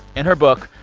in her book,